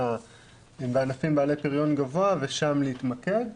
בענפים בעלי פריון גבוה ושם להתמקד.